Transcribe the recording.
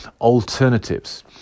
alternatives